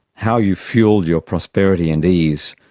how you've fuelled your prosperity and ease,